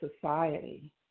society